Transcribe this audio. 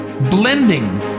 blending